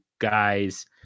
guys